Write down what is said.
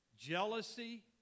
jealousy